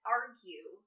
argue